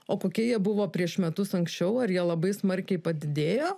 o kokie jie buvo prieš metus anksčiau ar jie labai smarkiai padidėjo